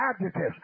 adjectives